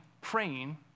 praying